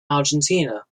argentina